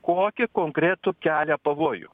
kokį konkretų kelia pavojų